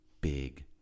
big